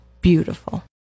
beautiful